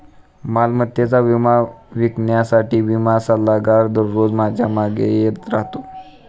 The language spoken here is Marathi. मालमत्तेचा विमा विकण्यासाठी विमा सल्लागार दररोज माझ्या मागे येत राहतो